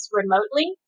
remotely